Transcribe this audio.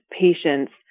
patients